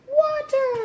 water